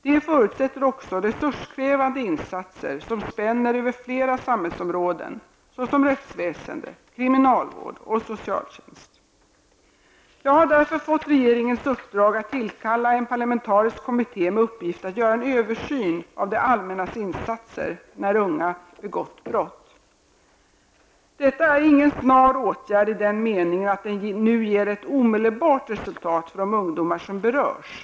Det förutsätter också resurskrävande insatser som spänner över flera samhällsområden såsom rättsväsende, kriminalvård och socialtjänst. Jag har därför fått regeringens uppdrag att tillkalla en parlamentarisk kommitté med uppgift att göra en översyn av det allmännas insatser när unga begått brott . Detta är ingen snar åtgärd i den meningen att den nu ger ett omedelbart resultat för de ungdomar som berörs.